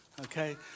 Okay